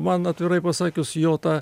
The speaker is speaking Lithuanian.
man atvirai pasakius jo ta